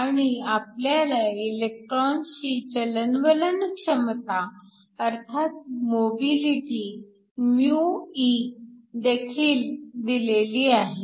आणि आपल्याला इलेक्ट्रॉनची चलनवलन क्षमता अर्थात मोबिलिटी μe देखील दिलेली आहे